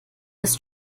ist